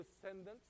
descendants